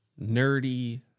nerdy